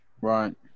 Right